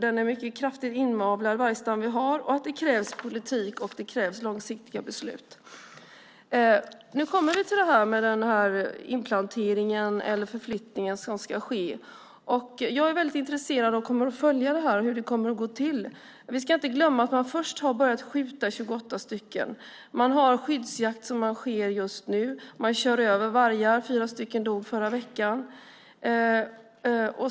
Det är en mycket kraftigt inavlad vargstam vi har, och det krävs politik och långsiktiga beslut. En inplantering eller en förflyttning ska ske. Jag är väldigt intresserad av och kommer att följa hur det kommer att gå till. Vi ska inte glömma att man först har börjat skjuta, har skjutit 28 stycken; vi har skyddsjakt som sker just nu; man kör över vargar, fyra dog förra veckan.